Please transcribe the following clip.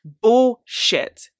Bullshit